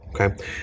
okay